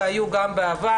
והיו גם בעבר,